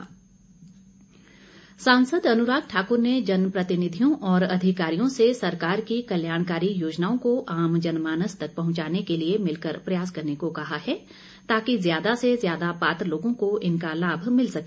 अनुराग सांसद अनुराग ठाकुर ने जनप्रतिनिधियों और अधिकारियों से सरकार की कल्याणकारी योजनाओं को आम जनमानस तक पहुंचाने के लिए मिलकर प्रयास करने को कहा है ताकि ज्यादा से ज्यादा पात्र लोगों को इनका लाभ मिल सके